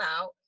out